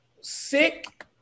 sick